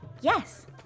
yes